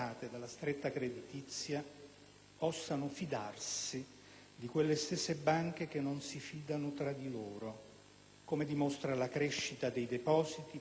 possano fidarsi di quelle stesse banche che non si fidano tra loro, come dimostra la crescita dei depositi presso la Banca centrale europea,